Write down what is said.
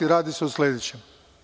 Radi se o sledećem.